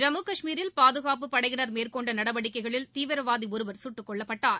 ஜம்மு காஷ்மீரில் பாதுகாப்புப் படையினர் மேற்கொண்ட நடவடிக்கைகளில் தீவிரவாதி ஒருவர் சுட்டுக் கொல்லப்பட்டார்